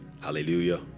Hallelujah